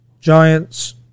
giants